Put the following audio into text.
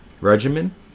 regimen